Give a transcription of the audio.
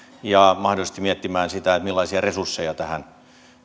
ja mahdollisesti miettimään sitä millaisia resursseja tähän